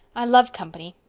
i love company.